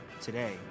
Today